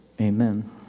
Amen